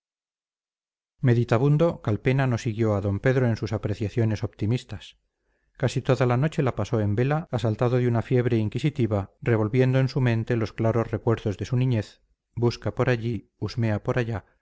su partido meditabundo calpena no siguió a d pedro en sus apreciaciones optimistas casi toda la noche la pasó en vela asaltado de una fiebre inquisitiva revolviendo en su mente los claros recuerdos de su niñez busca por allí husmea por allá